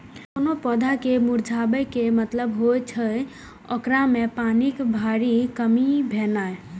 कोनो पौधा के मुरझाबै के मतलब होइ छै, ओकरा मे पानिक भारी कमी भेनाइ